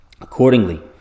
Accordingly